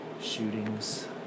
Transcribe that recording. shootings